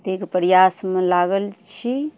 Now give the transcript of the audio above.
एतेक प्रयासमे लागल छी